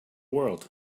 world